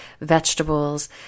vegetables